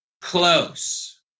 close